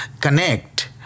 connect